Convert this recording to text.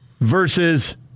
Versus